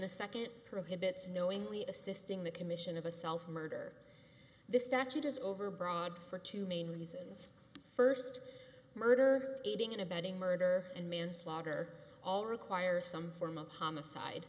the second prohibits knowingly assisting the commission of a self murder this statute is overbroad for two main reasons first murder aiding and abetting murder and manslaughter all require some form of homicide